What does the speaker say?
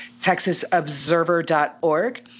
TexasObserver.org